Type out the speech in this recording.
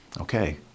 okay